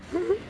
mmhmm